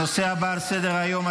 הנושא הבא על סדר-היום,